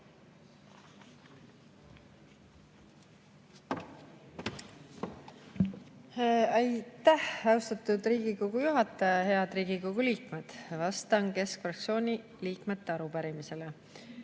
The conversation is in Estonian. Aitäh, austatud Riigikogu juhataja! Head Riigikogu liikmed! Vastan keskfraktsiooni liikmete arupärimisele.